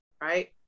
right